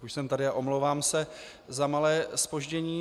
Už jsem tady, omlouvám se za malé zpoždění.